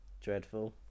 Dreadful